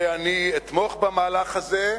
ואתמוך במהלך הזה,